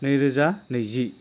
नैरोजा नैजि